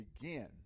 begin